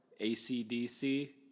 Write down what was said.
ACDC